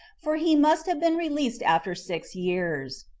for he must have been released after six years.